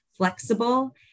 flexible